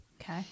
okay